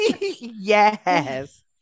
Yes